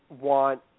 want